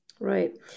Right